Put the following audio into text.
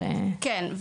כן.